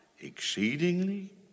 Exceedingly